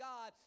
God